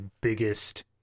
biggest